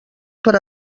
per